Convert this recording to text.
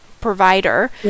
provider